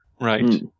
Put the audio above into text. Right